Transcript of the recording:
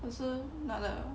also not a